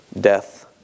death